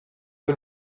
que